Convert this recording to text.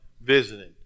visiting